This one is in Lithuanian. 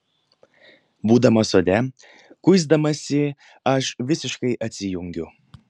būdama sode kuisdamasi aš visiškai atsijungiu